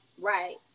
right